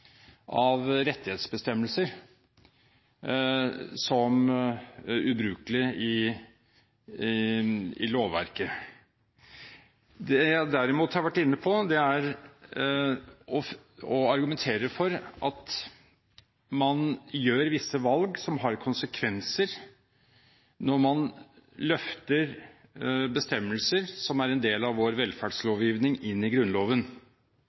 av rettighetsbestemmelser som ubrukelig i lovverket. Det jeg derimot har vært inne på, er å argumentere for at man gjør visse valg som har konsekvenser, når man løfter bestemmelser som er en del av vår velferdslovgivning, inn i Grunnloven.